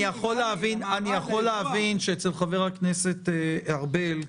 אני יכול להבין שאצל חבר הכנסת ארבל,